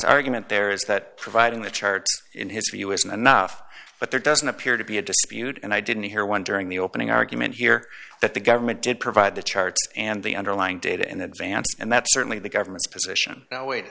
defendant's argument there is that providing the chart in his view isn't enough but there doesn't appear to be a dispute and i didn't hear one during the opening argument here that the government did provide the charts and the underlying data in advance and that's certainly the government's position